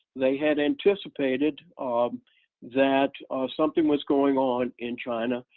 they had anticipated um that something was going on in china.